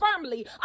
firmly